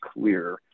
clear